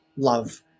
love